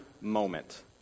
moment